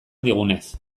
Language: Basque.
digunez